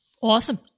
Awesome